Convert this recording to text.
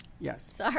Yes